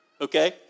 okay